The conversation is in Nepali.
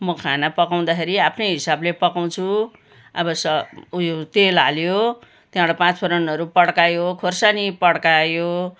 म खाना पकाउँदाखेरि आफ्नै हिसाबले पकाउँछु अब स उयो तेल हाल्यो त्यहाँबाट पाँचफोरनहरू पड्कायो खोर्सानी पड्कायो